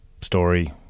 story